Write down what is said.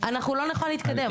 אנחנו לא נוכל להתקדם.